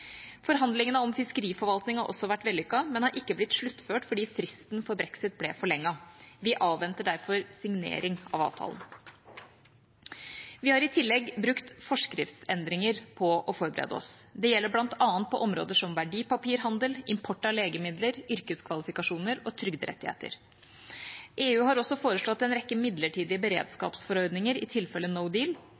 Forhandlingene om fiskeriforvaltning har også vært vellykkede, men har ikke blitt sluttført fordi fristen for brexit ble forlenget. Vi avventer derfor signering av avtalen. Vi har i tillegg brukt forskriftsendringer for å forberede oss. Det gjelder bl.a. på områder som verdipapirhandel, import av legemidler, yrkeskvalifikasjoner og trygderettigheter. EU har også foreslått en rekke midlertidige beredskapsforordninger i tilfelle